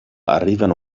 arrivano